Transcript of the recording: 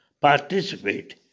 participate